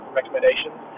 recommendations